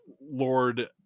lord